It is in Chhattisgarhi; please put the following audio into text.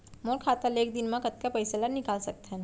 मोर खाता ले एक दिन म कतका पइसा ल निकल सकथन?